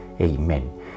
amen